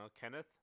kenneth